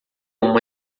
uma